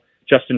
Justin